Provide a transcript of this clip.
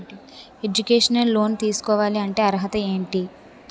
Educational loan తీసుకోవాలంటే అర్హత ఏంటి?